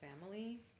family